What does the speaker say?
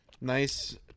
Nice